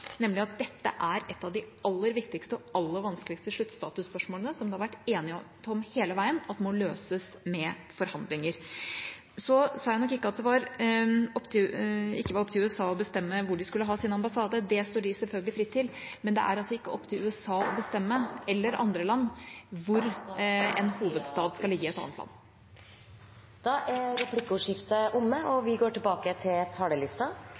nemlig at dette er ett av de aller viktigste og aller vanskeligste sluttstatusspørsmålene, som det har vært enighet om hele veien at må løses med forhandlinger. Så sa jeg nok ikke at det ikke var opp til USA å bestemme hvor de skulle ha sin ambassade – det står de selvfølgelig fritt til – men det er altså ikke opp til USA, eller andre land, å bestemme hvor en hovedstad skal ligge i et annet land. Replikkordskiftet er omme.